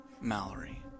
Mallory